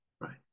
right